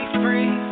free